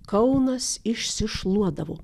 kaunas išsišluodavo